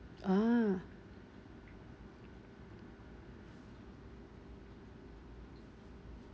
ah